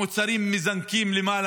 המוצרים מזנקים למעלה.